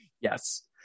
Yes